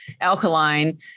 alkaline